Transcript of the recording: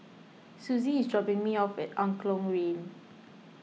Suzie is dropping me off at Angklong Lane